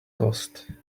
cost